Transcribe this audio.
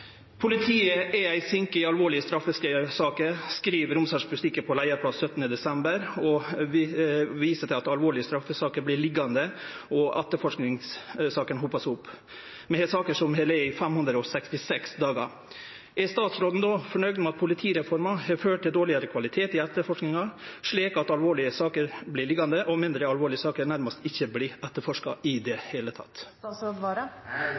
er sinker i alvorlige straffesaker», skriv Romsdals Budstikke på leiarplass 17. desember 2018 og viser til at alvorlege straffesaker vert liggjande, og etterforskingssaker hopar seg opp. Det er saker som har lege i 566 dagar. Er statsråden då fornøgd med at politireforma har ført til dårlegare kvalitet i etterforskinga, slik at alvorlege saker vert liggjande og mindre alvorlege saker nærmast ikkje vert etterforska i